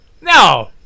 No